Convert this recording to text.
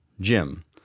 Jim